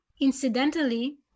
incidentally